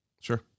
Sure